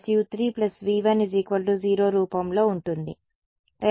కాబట్టి సమీకరణం 1 u1 u2 u3 v1 0 రూపంలో ఉంటుంది